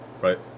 right